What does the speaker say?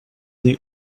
the